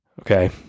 Okay